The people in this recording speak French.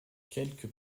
quelques